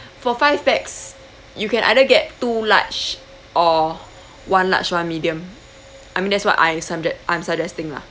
for five pax you can either get two large or one large one medium I mean that's what I sugge~ I'm suggesting lah